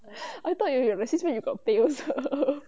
I thought you you message me you got bed also